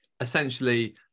essentially